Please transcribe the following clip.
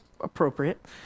appropriate